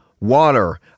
Water